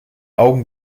augen